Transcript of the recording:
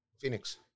Phoenix